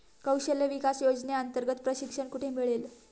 कौशल्य विकास योजनेअंतर्गत प्रशिक्षण कुठे मिळेल?